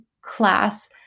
class